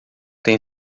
tem